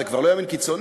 זה כבר לא ימין קיצוני,